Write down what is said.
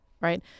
right